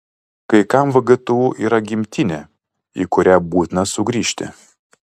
kai kam vgtu yra gimtinė į kurią būtina sugrįžti